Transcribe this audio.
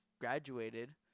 graduated